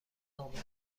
نامزد